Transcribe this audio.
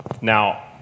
Now